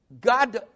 God